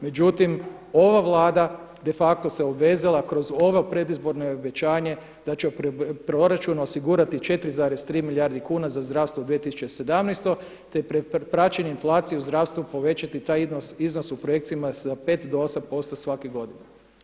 Međutim, ova Vlada de facto se obvezala kroz ovo predizborno obećanje da će proračun osigurati 4,3 milijardi kuna za zdravstvo u 2017., te praćenje inflacije u zdravstvu povećati taj iznos u projekcijama za 5 do 8% svake godine.